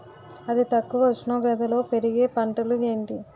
అతి తక్కువ ఉష్ణోగ్రతలో పెరిగే పంటలు ఏంటి?